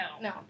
no